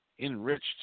enriched